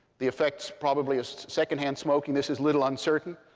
the effects probably of secondhand smoke, and this is little uncertain.